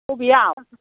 अबेयाव